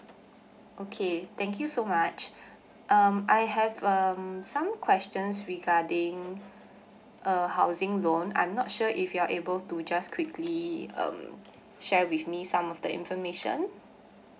okay thank you so much um I have um some questions regarding a housing loan I'm not sure if you're able to just quickly um share with me some of the information